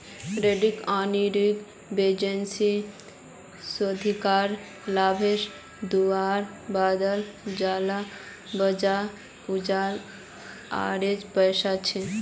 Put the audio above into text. retained earning बिज्नेसेर शेयरधारकोक लाभांस दुआर बाद जेला बचोहो उला आएर पैसा छे